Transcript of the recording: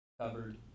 covered